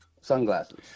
Sunglasses